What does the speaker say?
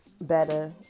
better